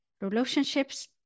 relationships